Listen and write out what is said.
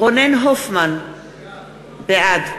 מוחמד ברכה,